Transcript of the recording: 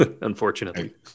unfortunately